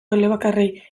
elebakarrei